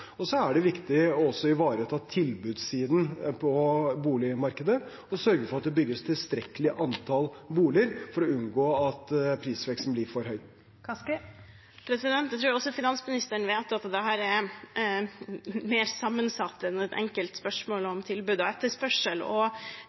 Og så er det viktig å ivareta tilbudssiden på boligmarkedet og sørge for at det bygges et tilstrekkelig antall boliger, for å unngå at prisveksten blir for høy. Jeg tror at finansministeren vet at dette er mer sammensatt enn et enkelt spørsmål om tilbud og etterspørsel.